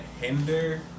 hinder